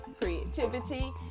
creativity